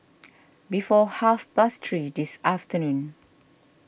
before half past three this afternoon